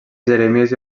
jeremies